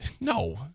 No